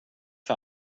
för